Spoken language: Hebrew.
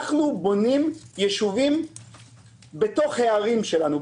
אנחנו בונים ישובים בתוך הערים שלנו.